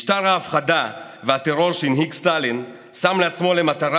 משטר ההפחדה והטרור שהנהיג סטלין שם לעצמו למטרה,